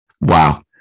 wow